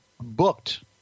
booked